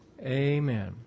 Amen